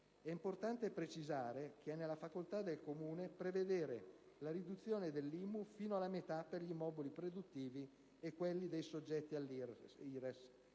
È importante precisare che è nella facoltà del Comune prevedere la riduzione dell'IMU fino alla metà per gli immobili produttivi e quelli dei soggetti all'IRES.